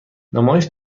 نمایش